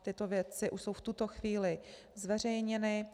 Tyto věci už jsou v tuto chvíli zveřejněny.